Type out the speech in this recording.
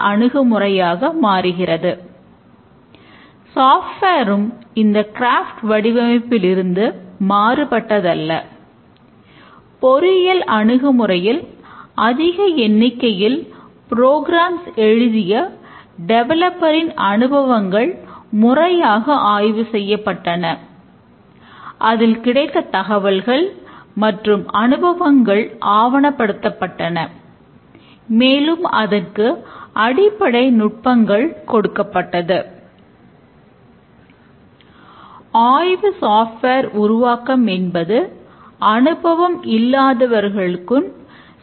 கடந்த சில விரிவுரைகளில் ரிக்வயர்மெண்ட் ஸ்பெசிஃபிக்கேஷனைப் ரிக்வயர்மெண்ட் ஆகியவற்றைப் பார்த்தோம் மற்றும் அவற்றை எவ்வாறு ஆவணமாக்குவது என்பதையும் பார்த்தோம்